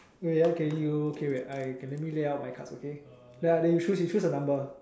wait ah k you k wait I k let me lay out my cards okay then I let you choose you choose a number